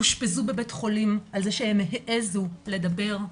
אושפזו בבית חולים על זה שהם העזו לדבר,